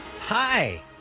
hi